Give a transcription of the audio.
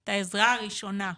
את העזרה הראשונה,